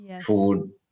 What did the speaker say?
food